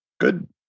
Good